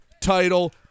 title